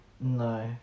No